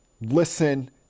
listen